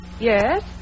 Yes